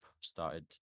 started